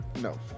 No